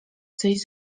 coś